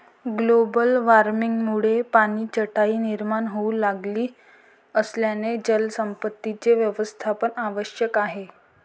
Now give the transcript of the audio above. global वॉर्मिंगमुळे पाणीटंचाई निर्माण होऊ लागली असल्याने जलसंपत्तीचे व्यवस्थापन आवश्यक आहे